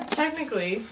technically